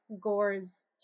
Gore's